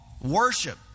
worship